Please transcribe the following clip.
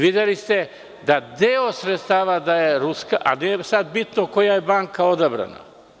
Videli ste da deo sredstava daje Ruska, a nije sad bitno koja je banka odabrana.